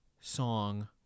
song